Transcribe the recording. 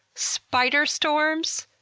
spider storms,